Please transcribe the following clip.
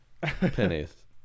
pennies